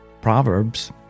Proverbs